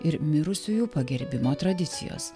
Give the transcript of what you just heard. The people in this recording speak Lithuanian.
ir mirusiųjų pagerbimo tradicijos